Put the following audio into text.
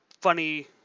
funny